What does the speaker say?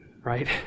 Right